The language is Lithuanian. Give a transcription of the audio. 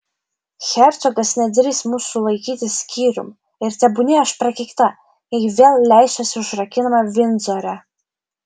hercogas nedrįs mūsų laikyti skyrium ir tebūnie aš prakeikta jei vėl leisiuosi užrakinama vindzore